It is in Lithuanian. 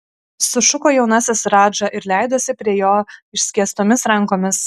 sušuko jaunasis radža ir leidosi prie jo išskėstomis rankomis